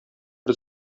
бер